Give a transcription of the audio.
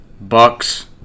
Bucks